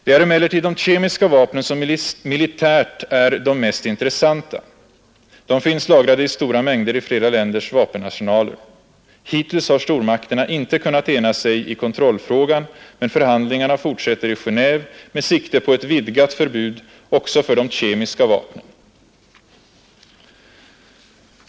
Det är emellertid de kemiska vapnen som militärt är de mest intressanta. De finns lagrade i stora mängder i flera länders vapenarsenaler. Hittills har stormakterna inte kunnat ena sig i kontrollfrågan, men förhandlingarna fortsätter i Genéve med sikte på ett vidgat förbud också för de kemiska vapnen.